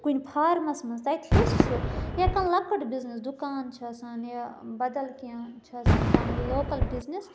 کُنہِ فارمَس مَنٛز تَتہِ ہیٚچھہِ سُہ یا کانٛہہ لۅکٕٹ بِزنٮِس دُکان چھُ آسان یا بَدَل کیٚنٛہہ چھِ آسان کانٛہہ لوکَل بِزنِس